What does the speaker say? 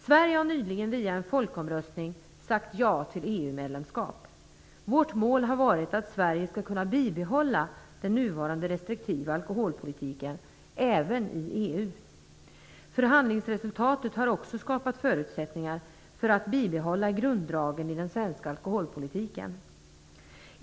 Sverige har nyligen via en folkomröstning sagt ja till EU-medlemskap. Vårt mål har varit att Sverige skall kunna bibehålla den nuvarande restriktiva alkoholpolitiken även som EU-medlem. Förhandlingsresultatet har också skapat förutsättningar för att bibehålla grunddragen i den svenska alkoholpolitiken.